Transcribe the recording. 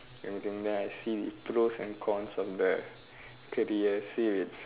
anything then I see pros and cons of the career see if it's